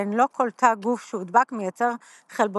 שכן לא כל תא גוף שהודבק מייצר חלבוני